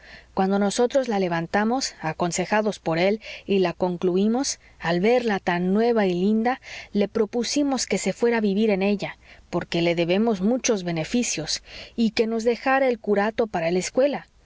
cuando nosotros la levantamos aconsejados por él y la concluimos al verla tan nueva y tan linda le propusimos que se fuera a vivir en ella porque le debemos muchos beneficios y que nos dejara el curato para la escuela